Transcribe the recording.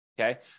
Okay